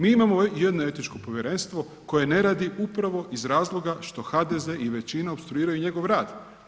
Mi imamo jedno etičko povjerenstvo koje ne radi upravo iz razloga što HDZ i većina opstruiraju njegov rad.